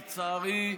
לצערי,